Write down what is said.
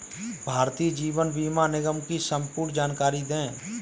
भारतीय जीवन बीमा निगम की संपूर्ण जानकारी दें?